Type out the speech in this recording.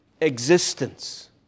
existence